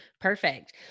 Perfect